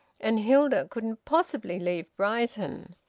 and hilda couldn't possibly leave brighton.